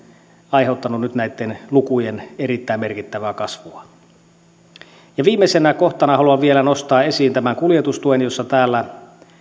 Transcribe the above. aiheuttanut nyt näitten lukujen erittäin merkittävää kasvua viimeisenä kohtana haluan vielä nostaa esiin kuljetustuen josta täällä